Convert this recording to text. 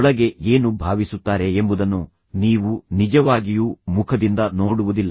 ಒಳಗೆ ಏನು ಭಾವಿಸುತ್ತಾರೆ ಎಂಬುದನ್ನು ನೀವು ನಿಜವಾಗಿಯೂ ಮುಖದಿಂದ ನೋಡುವುದಿಲ್ಲ